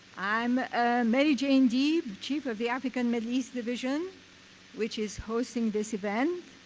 i'm mary jane deeb, chief of the african middle east division which is hosting this event.